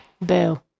Boo